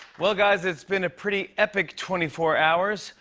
well, guys, it's been a pretty epic twenty four hours.